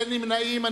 אין נמנעים.